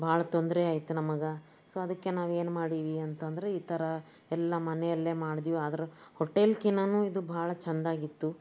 ಭಾಳ ತೊಂದರೆ ಆಯಿತು ನಮಗೆ ಸೊ ಅದಕ್ಕೆ ನಾವೇನು ಮಾಡೀವಿ ಅಂತ ಅಂದ್ರೆ ಈ ಥರ ಎಲ್ಲ ಮನೆಯಲ್ಲಿ ಮಾಡ್ದೇವು ಆದರೆ ಹೋಟೆಲ್ಕಿಂತನೂ ಇದು ಬಹಳ ಚೆಂದ ಆಗಿತ್ತು